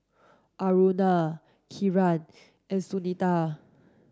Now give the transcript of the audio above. Aruna Kiran and Sunita